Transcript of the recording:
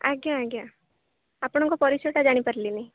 ଆଜ୍ଞା ଆଜ୍ଞା ଆପଣଙ୍କ ପରିଚୟଟା ଜାଣିପାରିଲିନି